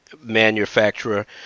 manufacturer